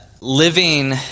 Living